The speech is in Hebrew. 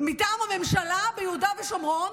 מטעם הממשלה ביהודה ושומרון?